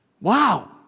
Wow